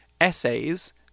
essays